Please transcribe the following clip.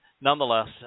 nonetheless